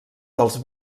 dels